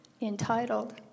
entitled